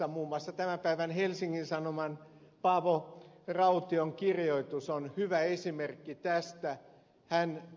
muun muassa tämän päivän helsingin sanomien paavo raution kirjoitus on hyvä esimerkki tästä